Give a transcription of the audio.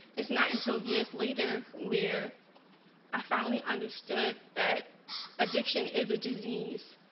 it's not until years later where i finally understood that addiction is a disease.